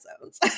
zones